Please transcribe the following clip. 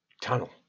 tunnel